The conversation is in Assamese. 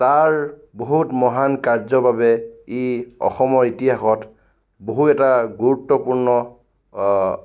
তাৰ বহুত মহান কাৰ্যৰ বাবে ই অসমৰ ইতিহাসত বহুত এটা গুৰুত্বপূৰ্ণ